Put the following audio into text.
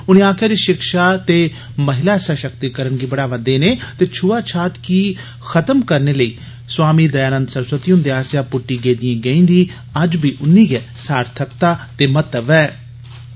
उनें आक्खेआ जे शिक्षा ते महिला सशक्तिकरण गी बढ़ावा देने ते छुआछूत गी खतम करने लेई स्वामी दयानंद सरस्वती हुन्दे आस्सेआ पुट्टी गेदिएं गैंई दी अज्ज बी उन्नी गै सार्थकता ते महत्व ऐ